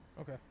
Okay